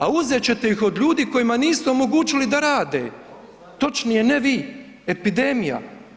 A uzet ćete ih od ljudi kojima niste omogućili da rade, točnije ne vi, epidemija.